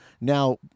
now